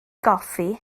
goffi